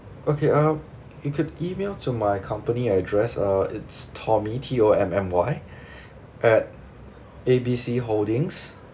okay uh you could email to my company address err it's tommy T O M M Y at A B C holdings